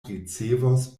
ricevos